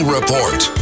Report